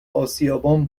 آسیابان